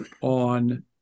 on